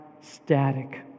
static